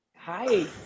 Hi